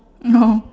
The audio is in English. oh